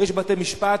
יש בתי-משפט,